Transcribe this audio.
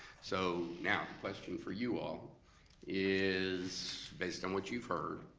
so now, question for you all is based on what you've heard.